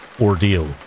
ordeal